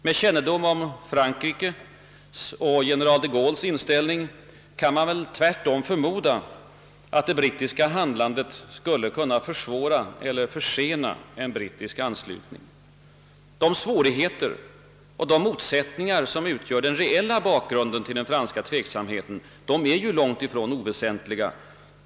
Med kännedom om Frankrikes och general de Gaulles inställning kan det tvärtom förmodas att det brittiska handlandet försvårat eller försenat en brittisk anslutning. De svårigheter och motsättningar som utgör den reella bakgrunden till den franska tveksamheten är långt ifrån oväsentliga.